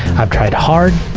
i've tried hard,